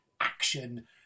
action